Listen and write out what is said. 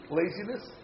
laziness